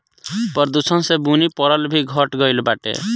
प्रदूषण से बुनी परल भी घट गइल बाटे